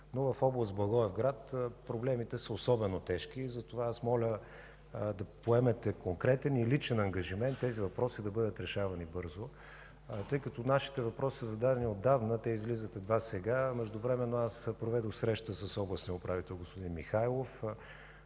но в област Благоевград проблемите са особено тежки. Затова моля да поемете конкретен и личен ангажимент тези въпроси да бъдат решавани бързо. Тъй като нашите въпроси са зададени отдавна, те излизат едва сега. Междувременно аз проведох среща с областния управител господин Михайлов.